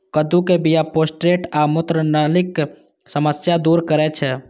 कद्दू के बीया प्रोस्टेट आ मूत्रनलीक समस्या दूर करै छै